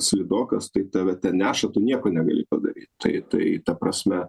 slidokas tai tave neša tu nieko negali padaryt tai tai ta prasme